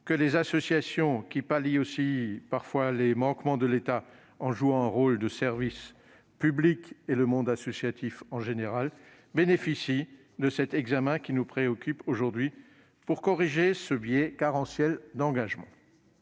que les associations, qui pallient aussi parfois les manquements de l'État en jouant un rôle de service public, et le monde associatif en général soient l'objet du texte qui nous préoccupe aujourd'hui afin de corriger ce biais carentiel d'engagement.